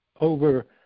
over